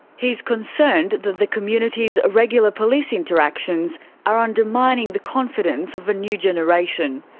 he's concerned that the community's regular police interactions are undermining the confidence of a new generation.